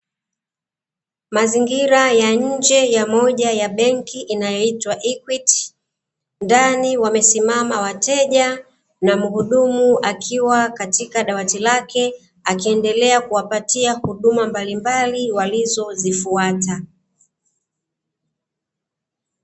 Mazingira ya nje ya moja ya benki inayoitwa "EQUITY", ndani wamesimama wateja na mhudumu akiwa katika dawati lake akiendelea kuwapatia huduma mbalimbali walizozifuata.